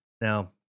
Now